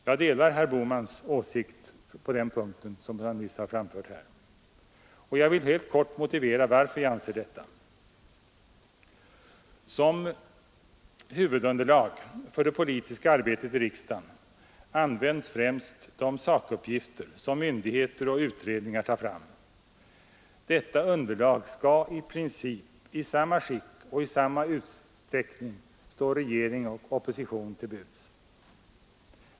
Jag delar herr Bohmans åsikt på den punkten, som han nyss har framfört här. Jag vill helt kort motivera varför jag anser detta. Som underlag för det politiska arbetet i riksdagen används främst de sakuppgifter som myndigheter och utredningar tar fram. Detta underlag skall i princip i samma skick och i samma utsträckning stå regering och opposition till buds.